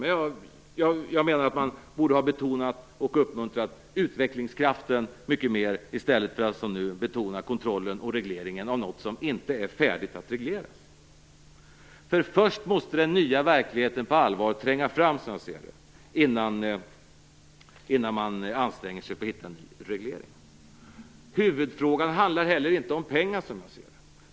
Men jag menar att man borde ha betonat och uppmuntrat utvecklingskraften mycket mer i stället för att som nu betona kontrollen och regleringen av något som inte är färdigt att regleras. Först måste den nya verkligheten på allvar tränga fram innan man anstränger sig för att hitta en ny reglering. Huvudfrågan handlar inte heller om pengar, som jag ser det.